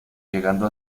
llegando